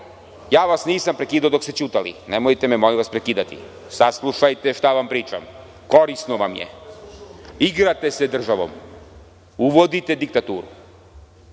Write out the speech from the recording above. Ja vas nisam prekidao dok ste ćutali. Nemojte me, molim vas, prekidati. Saslušajte šta vam pričam. Korisno vam je. Igrate se državom. Uvodite diktaturu.